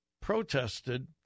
protested